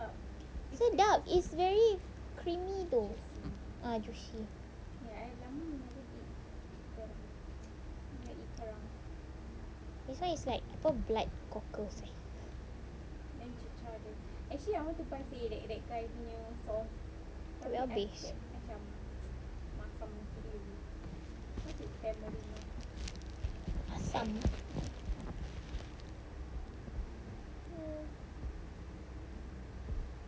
sedap it's very creamy though ah juicy this [one] is like apa black cockles eh tu habis masam